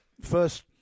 first